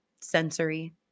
sensory